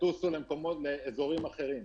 יטוסו למקומות אחרים.